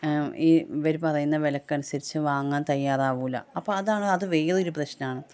ഇവർ പറയുന്ന വിലക്കനുസരിച്ച് വാങ്ങാൻ തയ്യാറാവില്ല അപ്പോൾ അതാണ് അത് വേറെ ഒരു പ്രശ്നമാണ്